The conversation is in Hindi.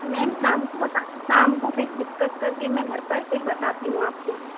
मेम शाम को बताती शाम को फिर डिस्कस कर के मैं घर पर फिर बताती हूँ आपको